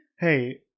Hey